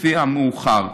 לפי המאוחר".